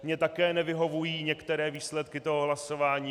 Mně také nevyhovují některé výsledky toho hlasování.